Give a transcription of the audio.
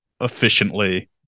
efficiently